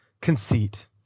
conceit